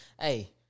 Hey